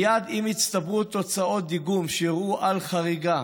מייד עם הצטברות תוצאות דיגום שהראו חריגה